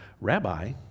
Rabbi